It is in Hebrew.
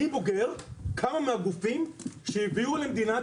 אני בוגר כמה מהגופים שהביאו למדינת